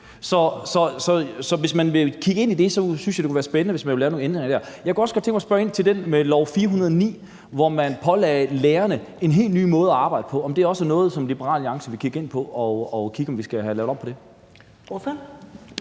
forhold til at kigge ind i det synes jeg, det kunne være spændende, hvis man ville lave nogle ændringer der. Jeg kunne også godt tænke mig at spørge ind til det med L 409, hvor man pålagde lærerne en helt ny måde at arbejde på, i forhold til om det også er noget, som Liberal Alliance vil kigge ind i for at se, om vi skal have lavet om på det.